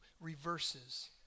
reverses